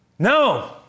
No